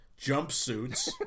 jumpsuits